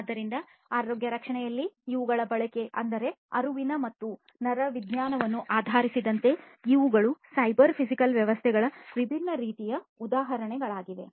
ಆದ್ದರಿಂದ ಆರೋಗ್ಯ ರಕ್ಷಣೆಯಲ್ಲಿ ಅವುಗಳ ಬಳಕೆ ಅಂದರೆ ಅರಿವಿನ ಮತ್ತು ನರವಿಜ್ಞಾನವನ್ನು ಆಧಾರಿಸಿದಂತೆ ಇವುಗಳು ಸೈಬರ್ ಫಿಸಿಕಲ್ ವ್ಯವಸ್ಥೆಗಳ ವಿಭಿನ್ನ ರೀತಿಯ ಉದಾಹರಣೆಗಳಾಗಿವೆ